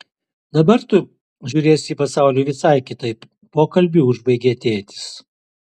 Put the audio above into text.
dabar tu žiūrėsi į pasaulį visai kitaip pokalbį užbaigė tėtis